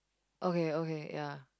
okay okay ya